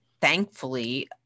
thankfully